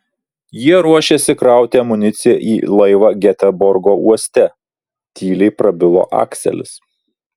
jie ruošėsi krauti amuniciją į laivą geteborgo uoste tyliai prabilo akselis